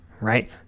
right